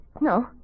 No